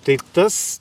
tai tas